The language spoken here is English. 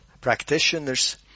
practitioners